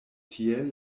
tiel